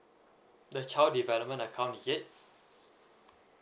the child development account is it